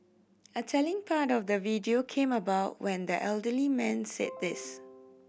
a telling part of the video came about when the elderly man said this